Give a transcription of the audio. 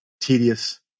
tedious